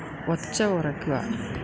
ഒച്ച കുറയ്ക്കുക